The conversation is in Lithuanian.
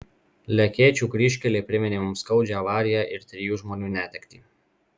lekėčių kryžkelė priminė mums skaudžią avariją ir trijų žmonių netektį